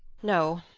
no.